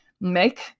make